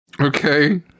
okay